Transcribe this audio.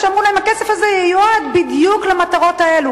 ואמרו להם: הכסף הזה ייועד בדיוק למטרות האלה.